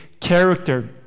character